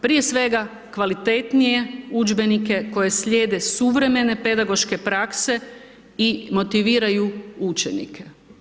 Prije svega kvalitetnije udžbenike koje slijede suvremene pedagoške prakse i motiviraju učenike.